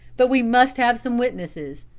but we must have some witnesses.